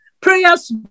Prayers